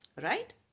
right